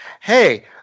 hey